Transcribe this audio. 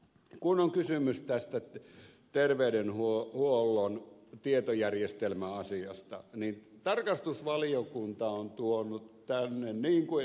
kun on kysymys tästä terveydenhuollon tietojärjestelmäasiasta niin tarkastusvaliokunta on tuonut tänne niin kuin ed